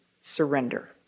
surrender